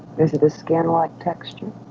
is it a skin-like texture?